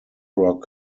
rock